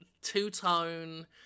two-tone